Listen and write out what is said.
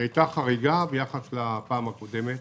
חריגה ביחס לפעם הקודמת,